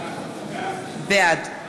בעד